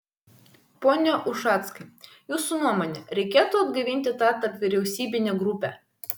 pone ušackai jūsų nuomone reikėtų atgaivinti tą tarpvyriausybinę grupę